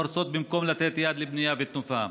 הורסות במקום לתת יד לבנייה ותנופה.